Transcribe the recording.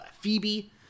Phoebe